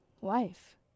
Wife